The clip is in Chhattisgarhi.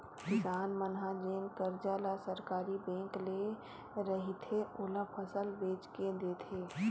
किसान मन ह जेन करजा ल सहकारी बेंक ले रहिथे, ओला फसल बेच के देथे